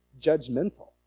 judgmental